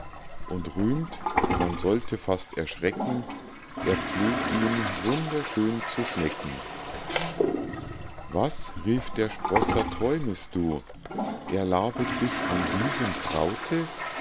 und rühmt man sollte fast erschrecken er pfleg ihm wunderschön zu schmecken was rief der sprosser träumest du er labet sich an diesem kraute